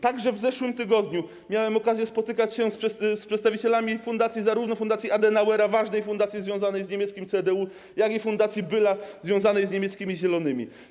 Także w zeszłym tygodniu miałem okazję spotykać się z przedstawicielami fundacji, zarówno fundacji Adenauera, ważnej fundacji związanej z niemieckim CDU, jak i fundacji Bölla związanej z niemieckimi Zielonymi.